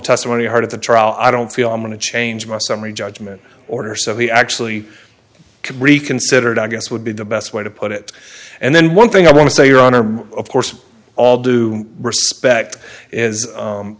testimony hard at the trial i don't feel i'm going to change my summary judgment order so he actually reconsidered i guess would be the best way to put it and then one thing i want to say your honor of course all due respect is